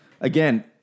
Again